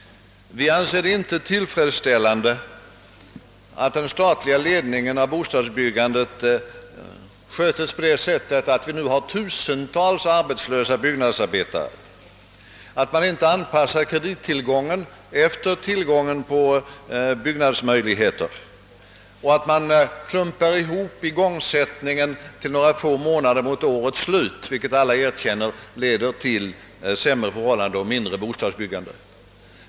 Vi anser det inte tillfredsställande att den statliga ledningen av bostadsbyggandet skötes på ett sådant sätt att vi nu har tusentals arbetslösa byggnadsarbetare, att man inte anpassar kredittillgången efter tillgången på byggnadsmöjligheter och att man klumpar ihop igångsättningen till några få månader mot årets slut, vilket alla erkänner leder till sämre förhållanden och lägre bostadsbyggande.